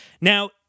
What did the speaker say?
Now